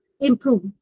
improve